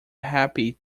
happy